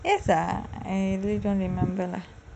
yes ah I really don't remember